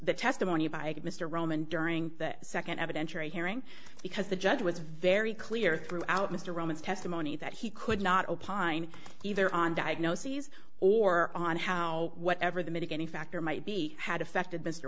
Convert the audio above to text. the testimony by mr roman during that second evidentiary hearing because the judge was very clear throughout mr roman's testimony that he could not opine either on diagnoses or on how whatever the mitigating factor might be had affected